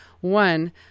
One